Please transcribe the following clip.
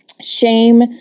Shame